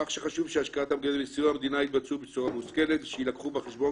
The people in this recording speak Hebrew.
חשוב שהשקעות המדינה וסיועה יתבצעו בצורה מושכלת ויילקחו בחשבון